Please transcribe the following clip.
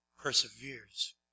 perseveres